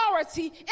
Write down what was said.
authority